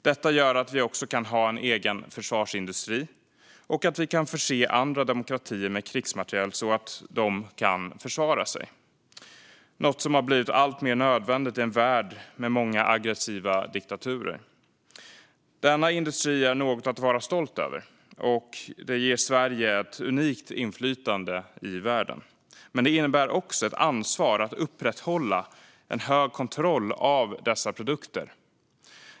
Detta gör att vi också kan ha en egen försvarsindustri och att vi kan förse andra demokratier med krigsmateriel så att de kan försvara sig. Det är något som har blivit alltmer nödvändigt i en värld med många aggressiva diktaturer. Denna industri är något att vara stolt över, och det ger Sverige ett unikt inflytande i världen. Men det innebär också ett ansvar att upprätthålla en hög kontroll av dessa produkter.